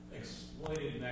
exploited